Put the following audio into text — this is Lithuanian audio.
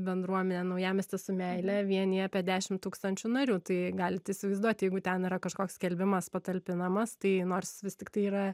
bendruomenė naujamiestis su meile vienija apie dešim tūkstančių narių tai galit įsivaizduoti jeigu ten yra kažkoks skelbimas patalpinamas tai nors vis tiktai yra